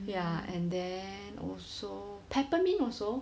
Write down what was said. ya and then also peppermint also